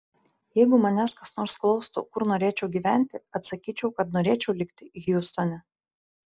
jeigu manęs kas nors klaustų kur norėčiau gyventi atsakyčiau kad norėčiau likti hjustone